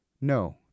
No